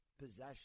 possession